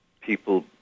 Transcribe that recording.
people